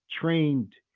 trained